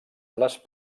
les